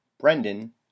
brendan